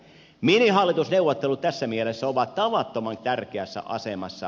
minihallitusneuvottelut tässä mielessä ovat tavattoman tärkeässä asemassa